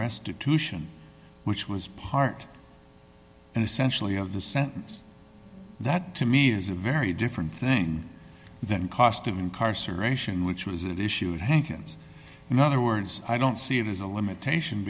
restitution which was part and essentially of the sentence that to me is a very different thing than cost of incarceration which was issued hankins in other words i don't see it as a limitation